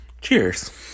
cheers